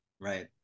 Right